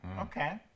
okay